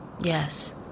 Yes